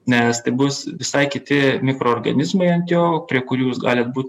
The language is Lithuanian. nes tai bus visai kiti mikroorganizmai ant jo prie kurių jūs gali būt